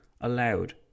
allowed